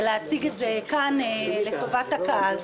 ולהציג את זה כאן לטובת הקהל.